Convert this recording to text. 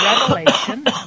revelation